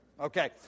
Okay